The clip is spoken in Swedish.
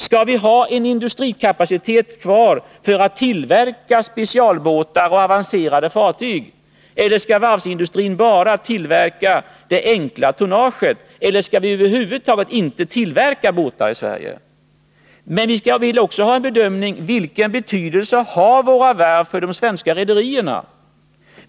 Skall vi ha industrikapacitet kvar för att tillverka specialbåtar och avancerade fartyg? Eller skall varvsindustrin bara tillverka det enkla tonnaget? Eller skall vi över huvud taget inte tillverka båtar i Sverige? Men vi vill också ha en bedömning av följande frågor: Vilken betydelse har våra varv för de svenska rederierna?